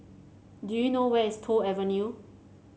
do you know where is Toh Avenue